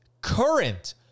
current